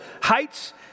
Heights